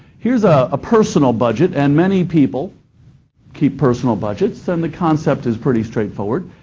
here's a personal budget, and many people keep personal budgets, and the concept is pretty straightforward.